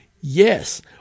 Yes